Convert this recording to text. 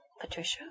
Patricia